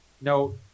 No